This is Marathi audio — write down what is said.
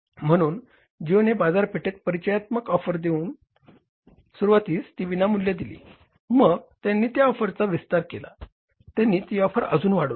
म्हणून जिओ बाजारपेठेत परिचयात्मक ऑफर घेऊन आली सुरुवातीस ती विनामूल्य आली मग त्यांनी त्या ऑफरचा विस्तारित केला त्यांनी ती ऑफर अजून वाढवली